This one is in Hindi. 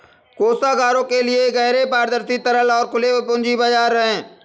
कोषागारों के लिए गहरे, पारदर्शी, तरल और खुले पूंजी बाजार हैं